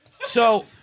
So-